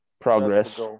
progress